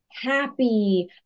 happy